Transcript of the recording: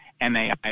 MAI